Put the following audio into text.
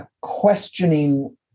questioning